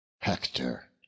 hector